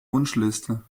wunschliste